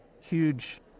huge